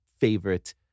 favorite